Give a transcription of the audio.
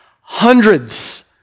hundreds